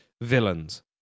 villains